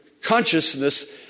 consciousness